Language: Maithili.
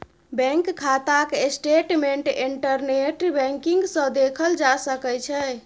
बैंक खाताक स्टेटमेंट इंटरनेट बैंकिंग सँ देखल जा सकै छै